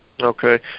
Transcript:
okay